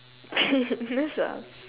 that's fast